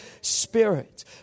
Spirit